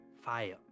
Fire